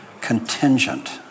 contingent